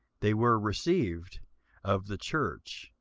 they were received of the church,